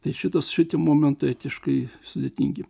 tai šitas šitie momentai etiškai sudėtingi